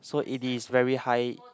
so it is very high